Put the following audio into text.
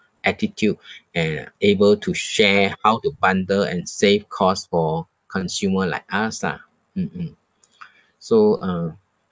attitude and able to share how to bundle and save costs for consumer like us lah mm mm so um